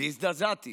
והזדעזעתי